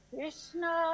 Krishna